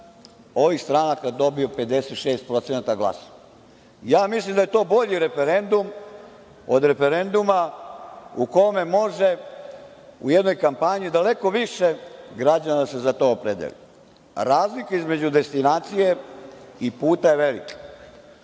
ovih stranaka dobio 56% glasova. Mislim da je to bolji referendum od referenduma u kome može u jednoj kampanji daleko više građana da se za to opredeli. Razlika između destinacije i puta je velika.